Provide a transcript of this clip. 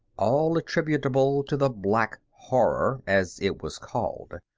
all attributable to the black horror, as it was called.